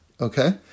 Okay